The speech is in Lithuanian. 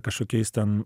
kažkokiais ten